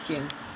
sian